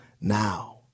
now